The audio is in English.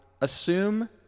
assume –